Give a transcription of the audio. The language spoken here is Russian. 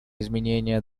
изменение